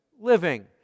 living